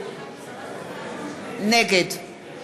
נגד